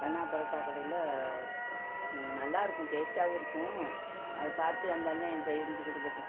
கண்ணா பரோட்டா கடையில் சு நல்லா இருக்கும் டேஸ்டாகவும் இருக்கும் அதை பார்த்து அந்த அண்ண செஞ்சிக்கொடுக்கட்டும்